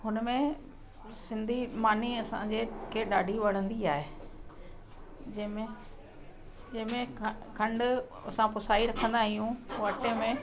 हुनमें सिंधी मानी असांजे खे ॾाढी वणंदी आहे जंहिंमें जंहिंमें ख खंड असां पुसाई रखंदा आहियूं पोइ अटे में